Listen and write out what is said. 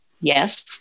yes